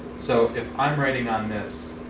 so if i'm writing on this,